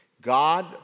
God